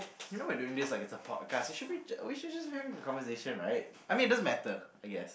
you know we're doing this like it's a podcast it should be we should just be having a conversation right I mean it doesn't matter I guess